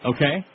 Okay